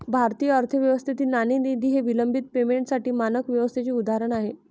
भारतीय अर्थव्यवस्थेतील नाणेनिधी हे विलंबित पेमेंटसाठी मानक व्यवस्थेचे उदाहरण आहे